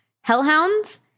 Hellhounds